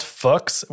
fucks